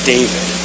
David